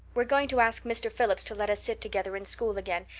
we're going to ask mr. phillips to let us sit together in school again,